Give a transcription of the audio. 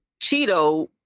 Cheeto